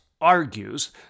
argues